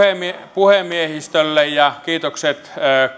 puhemiehistölle ja kiitokset